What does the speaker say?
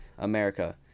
America